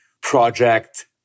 project